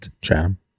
Chatham